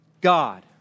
God